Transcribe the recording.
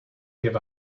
give